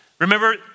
Remember